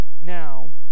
Now